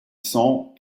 cents